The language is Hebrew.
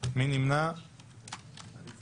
אושרה פה אחד.